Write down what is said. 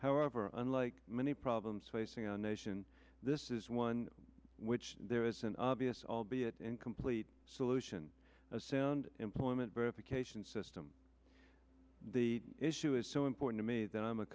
however unlike many problems facing our nation this is one which there is an obvious albeit incomplete solution sale and employment verification system the issue is so important to me that i'm a